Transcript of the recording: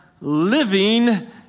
Living